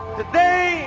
today